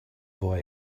boy